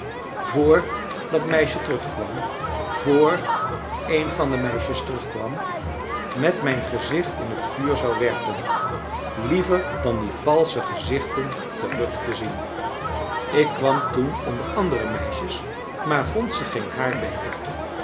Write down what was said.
voor dat meisje terugkwam voor een van de meisjes terugkwam met mijn gezicht in het vuur zou werpen liever dan die valsche gezichten terug te zien ik kwam toen onder andere meisjes maar vond ze geen haar beter